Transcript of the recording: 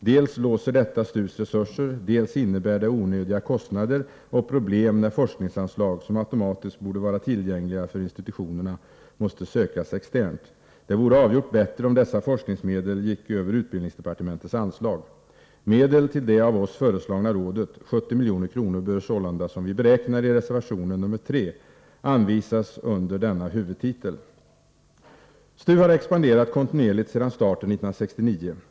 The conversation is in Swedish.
Dels låser detta STU:s resurser, dels innebär det onödiga kostnader och problem när forskningsanslag som automatiskt borde vara tillgängliga för institutionerna måste sökas externt. Det vore avgjort bättre om dessa forskningsmedel gick över utbildningsdepartementets anslag. Medel till det av oss föreslagna rådet, 70 milj.kr., bör sålunda, som vi beräknar i reservationen nr 3, anvisas under denna huvudtitel. STU har expanderat kontinuerligt sedan starten 1969.